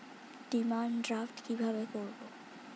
Demand draft কীভাবে করব?